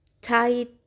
tight